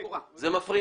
השינוי?